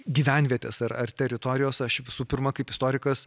gyvenvietės ar ar teritorijos aš visų pirma kaip istorikas